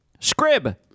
Scrib